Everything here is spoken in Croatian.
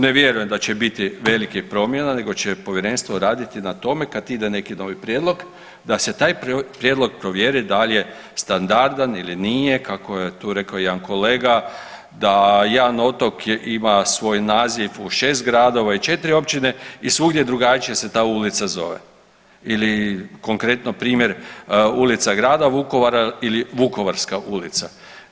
Ne vjerujem da će biti velikih promjena nego će povjerenstvo raditi na tome kad ide neki novi prijedlog da se taj prijedlog provjeri dal je standardan ili nije, kako je tu rekao jedan kolega da jedan otok ima svoj naziv u 6 gradova i 4 općine i svugdje drugačije se ta ulica zove ili konkretno primjer Ulica grada Vukovara ili Vukovarska ulica.